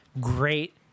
great